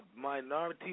minority